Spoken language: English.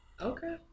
Okay